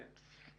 כן?